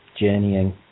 journeying